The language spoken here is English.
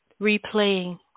replaying